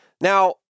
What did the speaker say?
Now